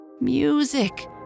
Music